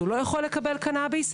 הוא לא יכול לקבל קנביס?